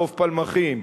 חוף פלמחים,